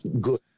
good